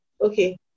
Okay